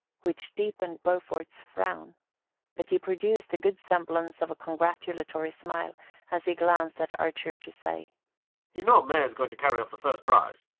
which deepened beaufort's frown but he produced a good semblance of a congratulatory smile as he glanced at archer to say you know may's going to carry off the first prize.